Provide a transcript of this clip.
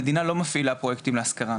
המדינה לא מפעילה פרויקטים להשכרה,